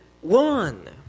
one